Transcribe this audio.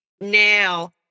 now